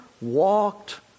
walked